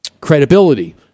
credibility